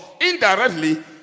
indirectly